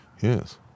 Yes